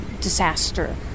disaster